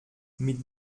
mit